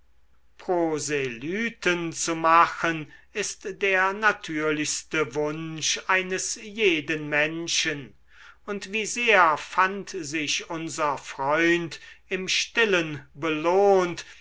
proselyten zu machen ist der natürlichste wunsch eines jeden menschen und wie sehr fand sich unser freund im stillen belohnt